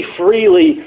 freely